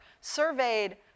surveyed